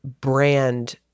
brand